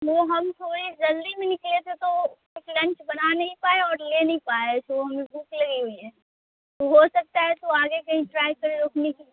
وہ ہم تھوڑی جلدی میں نکلے تھے تو کچھ لنچ بنا نہیں پائے اور لے نہیں پائے تو ہمیں بھوک لگی ہوئی ہے تو ہو سکتا ہے تو آگے کہیں ٹرائی کریں روکنے کی